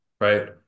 Right